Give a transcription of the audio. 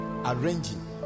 Arranging